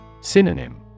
Synonym